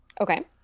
Okay